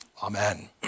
Amen